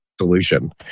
solution